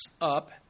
up